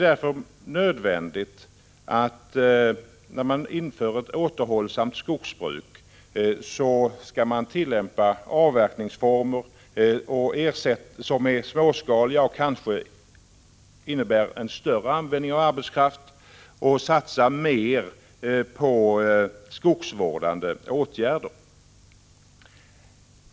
När man inför ett återhållsamt skogsbruk är det därför nödvändigt att tillämpa avverkningsformer som är småskaliga och kanske innebär en större användning av arbetskraft samt att satsa mer på skogsvårdande åtgärder.